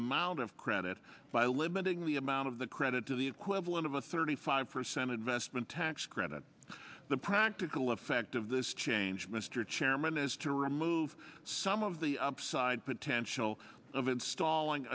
amount of credit by limiting the amount of the credit to the equivalent of a thirty five percent investment tax credit the practical effect of this change mr chairman is to remove some of the upside potential of installing